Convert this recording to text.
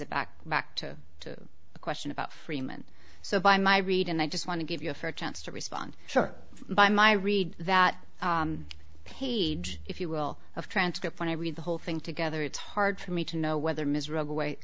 it back back to the question about freeman so by my read and i just want to give you a fair chance to respond short by my read that page if you will of transcript when i read the whole thing together it's hard for me to know whether miserable w